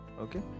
okay